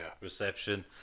reception